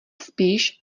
spíš